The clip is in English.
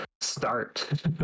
start